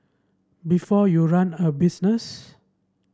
before you run a business